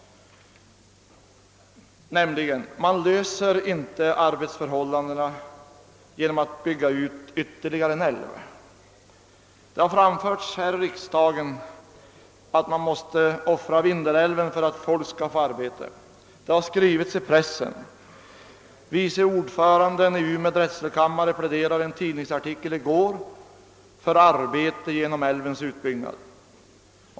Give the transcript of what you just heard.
Man löser inte bygdens sysselsättningsproblem genom att bygga ut ytterligare en älv. Det har framförts förslag här i riksdagen att man måste offra Vindelälven för att folk skall få arbete. Det har skrivits i pressen. Vice ordföranden i Umeå drätselkammare pläderade i en tidningsartikel i går för arbete genom älvens utbyggnad.